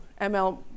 ML